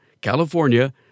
California